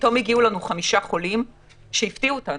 פתאום הגיעו לנו 5 חולים שהפתיעו אותנו.